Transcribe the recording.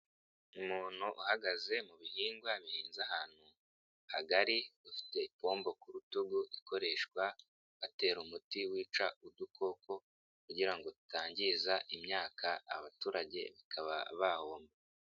Umuntu uhagaze mu bihingwa bihinze ahantu hagari ,ufite ipombo ku rutugu ikoreshwa atera umuti wica udukoko, kugira ngo tutangiza imyaka abaturage bakaba bahoma.